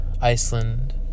Iceland